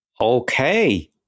Okay